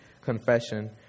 confession